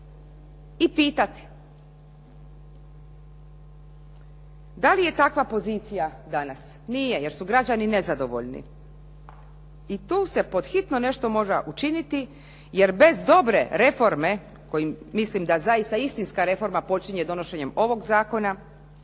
i pitati? Da li je takva pozicija i danas? Nije, jer su građani nezadovoljni. I tu se pod hitno nešto mora učiniti, jer bez dobre reforme, koju mislim da zaista istinska reforma počinje donošenjem ovog zakona,